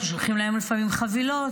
אנחנו שולחים להם לפעמים חבילות,